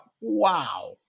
Wow